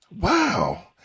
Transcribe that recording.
wow